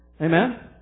Amen